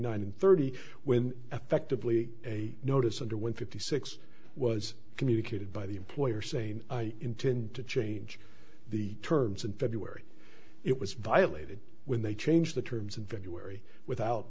and thirty when effectively a notice under one fifty six was communicated by the employer saying i intend to change the terms in february it was violated when they changed the terms of venue wary without